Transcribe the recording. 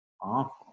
awful